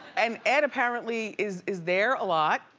and ed apparently is is there a lot.